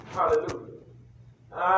Hallelujah